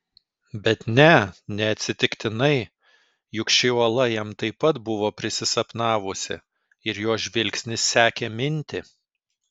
bet ne neatsitiktinai juk ši uola jam taip pat buvo prisisapnavusi ir jo žvilgsnis sekė mintį